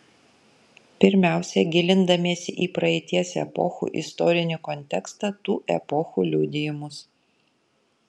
pirmiausia gilindamiesi į praeities epochų istorinį kontekstą tų epochų liudijimus